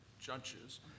judges